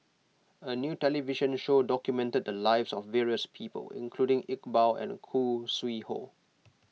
a new television show documented the lives of various people including Iqbal and Khoo Sui Hoe